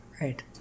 right